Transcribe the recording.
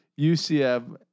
UCF